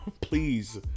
Please